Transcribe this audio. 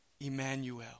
Emmanuel